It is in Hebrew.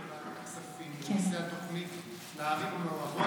במצגת שהראו לנו בוועדת הכספים בנושא התוכנית לערים המעורבות,